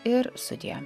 ir sudie